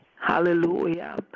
hallelujah